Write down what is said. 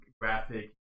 graphic